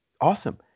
Awesome